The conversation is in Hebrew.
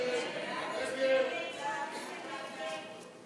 ההסתייגות (15)